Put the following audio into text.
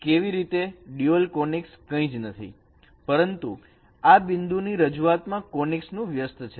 કેવી રીતે dual conics કંઈ જ નથી પરંતુ આ બિંદુ ની રજૂઆત માં કોનીકસ નું વ્યસ્ત છે